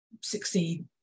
succeed